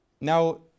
Now